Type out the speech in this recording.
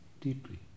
deeply